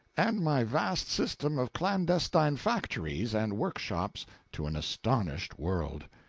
and my vast system of clandestine factories and workshops to an astonished world.